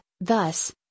thus